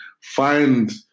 find